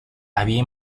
había